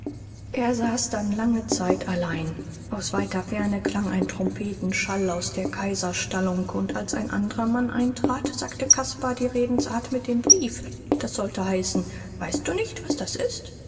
er saß dann lange zeit allein aus weiter ferne klang ein trompetenschall aus der kaiserstallung und als ein andrer mann eintrat sagte caspar die redensart mit dem brief das sollte heißen weißt du nicht was das ist